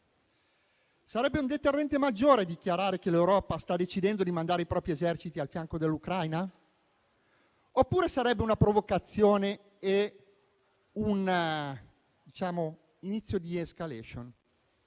Sarebbe un deterrente maggiore di dichiarare che l'Europa sta decidendo di mandare i propri eserciti al fianco dell'Ucraina, oppure sarebbe una provocazione e - diciamo - un inizio di *escalation*?